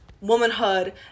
womanhood